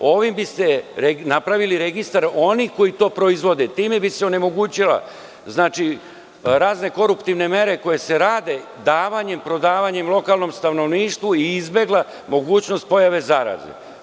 Ovim biste napravili registar onih koji to proizvode i time bi se onemogućile razne koruptivne mere koje se rade davanjem i prodavanjem lokalnom stanovništvu i izbegla mogućnost pojave zaraze.